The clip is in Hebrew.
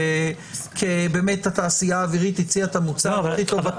כי באמת התעשייה האווירית הציע את המוצר הכי טוב.